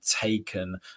taken